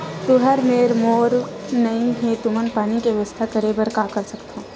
तुहर मेर बोर नइ हे तुमन पानी के बेवस्था करेबर का कर सकथव?